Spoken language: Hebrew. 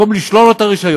במקום לשלול לו את הרישיון,